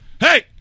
Hey